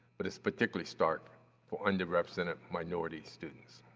but it's particularly stark for underrepresented minority students.